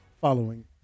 following